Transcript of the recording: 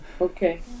Okay